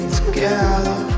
together